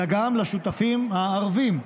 אלא גם לשותפים הערבים,